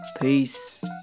Peace